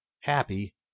Happy